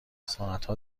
ساعتها